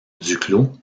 duclos